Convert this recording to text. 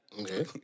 Okay